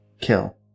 Kill